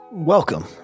Welcome